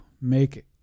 make